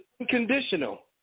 unconditional